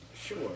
Sure